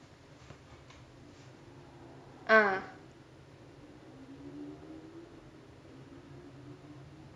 ah